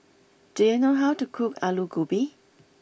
do you know how to cook Alu Gobi